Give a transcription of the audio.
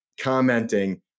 commenting